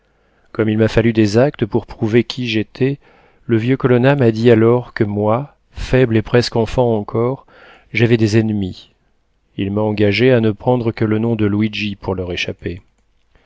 comme il m'a fallu des actes pour prouver qui j'étais le vieux colonna m'a dit alors que moi faible et presque enfant encore j'avais des ennemis il m'a engagé à ne prendre que le nom de luigi pour leur échapper